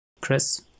Chris